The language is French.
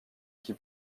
qui